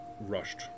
rushed